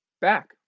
back